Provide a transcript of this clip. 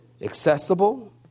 accessible